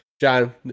John